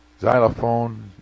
xylophone